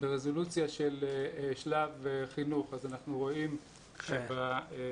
ברזולוציה של שלב חינוך אנחנו רואים שביסודי